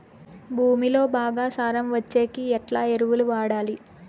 భూమిలో బాగా సారం వచ్చేకి ఎట్లా ఎరువులు వాడాలి?